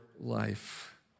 life